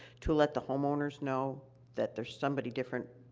to let the homeowners know that there's somebody different,